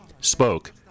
spoke